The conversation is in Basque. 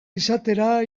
izatera